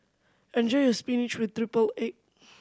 enjoy your spinach with triple egg